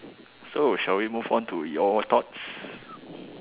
so shall we move on to your thoughts